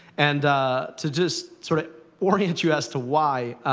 and to just sort of orient you as to why